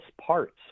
parts